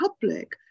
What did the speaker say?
public